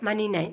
मानिनाय